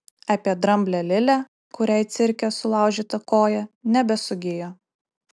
apie dramblę lilę kuriai cirke sulaužyta koja nebesugijo